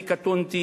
אני קטונתי,